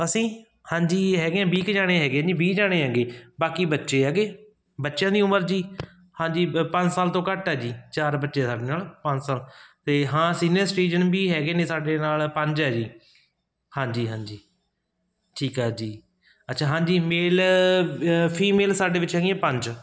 ਅਸੀਂ ਹਾਂਜੀ ਹੈਗੇ ਹਾਂ ਵੀਹ ਕੁ ਜਾਣੇ ਹੈਗੇ ਜੀ ਵੀਹ ਜਾਣੇ ਹੈਗੇ ਬਾਕੀ ਬੱਚੇ ਹੈਗੇ ਬੱਚਿਆਂ ਦੀ ਉਮਰ ਜੀ ਹਾਂਜੀ ਪੰਜ ਸਾਲ ਤੋਂ ਘੱਟ ਹੈ ਜੀ ਚਾਰ ਬੱਚੇ ਹੈ ਸਾਡੇ ਨਾਲ ਪੰਜ ਸਾਲ ਅਤੇ ਹਾਂ ਸੀਨੀਅਰ ਸਿਟੀਜ਼ਨ ਵੀ ਹੈਗੇ ਨੇ ਸਾਡੇ ਨਾਲ ਪੰਜ ਆ ਜੀ ਹਾਂਜੀ ਹਾਂਜੀ ਠੀਕ ਆ ਜੀ ਅੱਛਾ ਹਾਂਜੀ ਮੇਲ ਫੀਮੇਲ ਸਾਡੇ ਵਿੱਚ ਹੈਗੀਆਂ ਪੰਜ